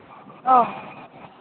ꯑꯧ